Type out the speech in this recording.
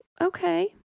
okay